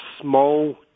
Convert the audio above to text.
small